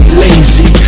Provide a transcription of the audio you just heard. lazy